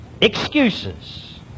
excuses